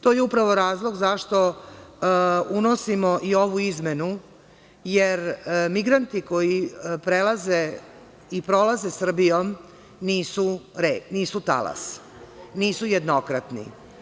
To je upravo razlog zašto unosimo i ovu izmenu, jer migranti koji prelaze i prolaze Srbijom nisu talas, nisu jednokratni.